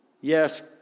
yes